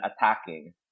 attacking